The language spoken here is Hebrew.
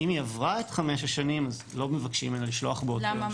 אם היא עברה את 5 השנים אז לא מבקשים ממנה לשלוח באותו יום --- למה?